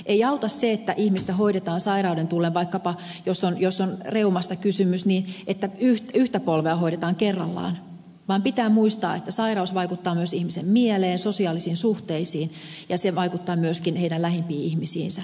ei auta se että ihmistä hoidetaan sairauden tullen vaikkapa jos on reumasta kysymys niin että yhtä polvea hoidetaan kerrallaan vaan pitää muistaa että sairaus vaikuttaa myös ihmisen mieleen sosiaalisiin suhteisiin ja se vaikuttaa myöskin heidän lähimpiin ihmisiinsä